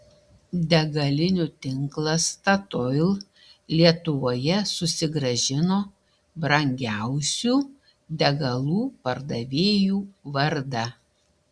degalinių tinklas statoil lietuvoje susigrąžino brangiausių degalų pardavėjų vardą